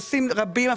רבים,